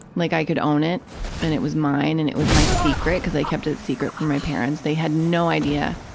like i could own it and it was mine, and it was my secret, because i kept secret from my parents. they had no idea.